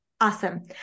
Awesome